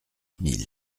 mille